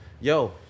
Yo